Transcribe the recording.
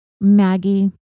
Maggie